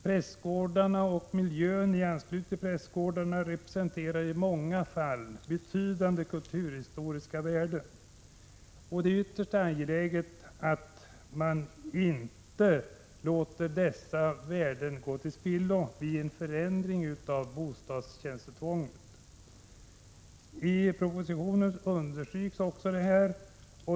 Prästgårdarna och miljön i anslutning till dem representerar i många fall betydande kulturhistoriska värden. Det är ytterst angeläget att man inte låter dessa värden gå till spillo vid en förändring av tjänstebostadstvånget. — I propositionen understryks också detta.